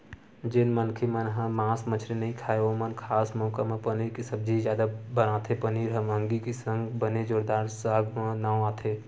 जेन मनखे मन ह मांस मछरी नइ खाय ओमन खास मउका म पनीर के सब्जी जादा बनाथे पनीर ह मंहगी के संग बने जोरदार साग म नांव आथे